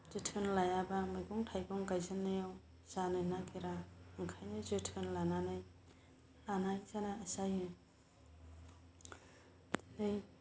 जोथोन लायाबा मैगं थाइगं गायजेन्नायाव जानो नागिरा ओंखायनो जोथोन लानानै लानो गोनां जायो माने